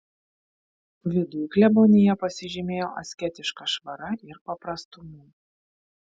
viduj klebonija pasižymėjo asketiška švara ir paprastumu